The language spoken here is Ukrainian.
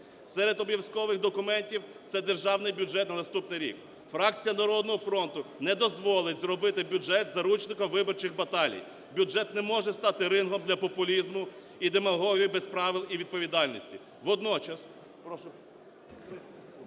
Серед обов'язкових документів – це державний бюджет на наступний рік. Фракція "Народного фронту" не дозволить зробити бюджет заручником виборчих баталій. Бюджет не може стати рингом для популізму і демагогії без правил і відповідальності.